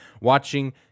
watching